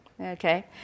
okay